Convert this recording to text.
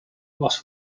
was